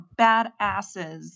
badasses